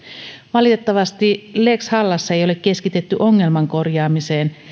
valitettavasti lex hallassa ei ei ole keskitytty ongelman korjaamiseen